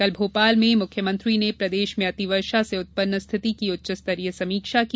कल भोपाल में मुख्यमंत्री ने प्रदेश में अतिवर्षा से उत्पन्न स्थिति की उच्च स्तरीय समीक्षा की